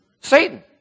Satan